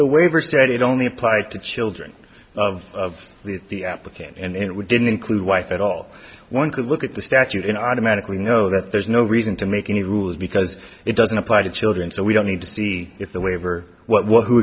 the waiver said it only applied to children of the application and we didn't include wife at all one could look at the statute in automatically know that there's no reason to make any rules because it doesn't apply to children so we don't need to see if the waiver what wh